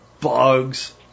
bugs